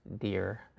dear